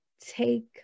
take